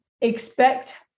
expect